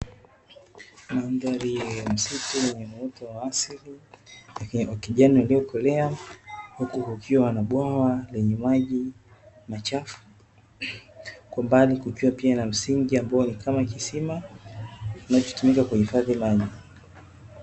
Mandhari ya msitu wenye uoto wa asili wa kijani iliyokolea, huku kukiwa na bwawa lenye maji machafu, kwa mbali kukiwa pia na msingi kama kisima kinachotumika kuhifadhi maji.